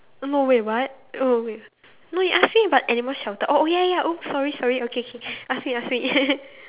no wait what wait no you ask him about animal shelter oh ya ya sorry sorry okay okay last week last week